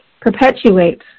perpetuates